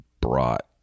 brought